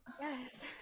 Yes